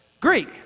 Greek